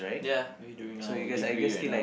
ya we doing our degree right now